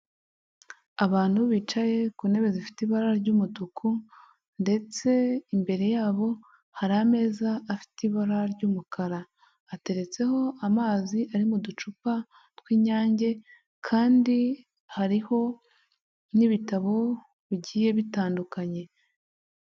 Abantu bicaye ku ntebe zifite ibara ry'umutuku ndetse imbere yabo hari ameza afite ibara ry'umukara ateretseho amazi ari mu ducupa tw'inyange, kandi hariho n'ibitabo bigiye bitandukanye.